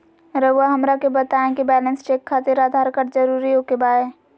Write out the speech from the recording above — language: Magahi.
रउआ हमरा के बताए कि बैलेंस चेक खातिर आधार कार्ड जरूर ओके बाय?